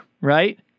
right